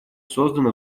создано